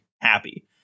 happy